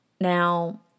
Now